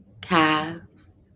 calves